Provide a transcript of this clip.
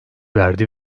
verdi